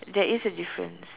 there is a difference